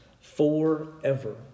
forever